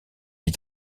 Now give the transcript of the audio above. est